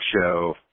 show